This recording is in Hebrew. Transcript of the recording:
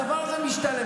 הדבר הזה משתלם.